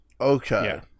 Okay